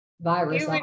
virus